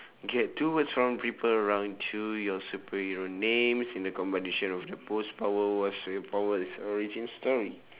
get two strong people around to your superhero names in the competition of the post power war superpower origin story